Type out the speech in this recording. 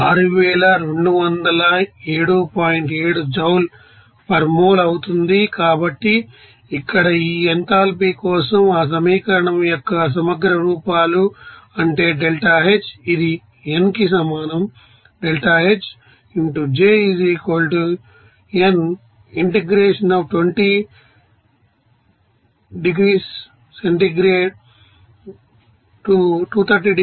7 joule per mole అవుతుంది కాబట్టి ఇక్కడ ఈ ఎంథాల్పీ కోసం ఆ సమీకరణం యొక్క సమగ్ర రూపాలు అంటే డెల్టా H ఇది n కి సమానం